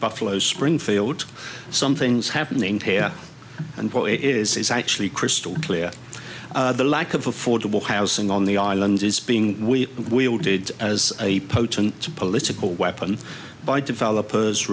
buffalo springfield something's happening here and while it is actually crystal clear the lack of affordable housing on the island is being we wielded as a potent political weapon by developers